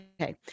Okay